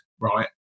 right